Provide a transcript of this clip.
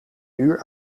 uur